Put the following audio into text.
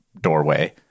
doorway